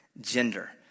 gender